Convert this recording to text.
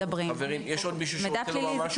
חברים, יש עוד מישהו שרוצה לומר משהו?